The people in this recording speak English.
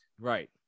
Right